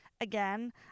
Again